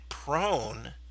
Prone